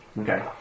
Okay